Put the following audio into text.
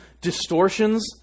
distortions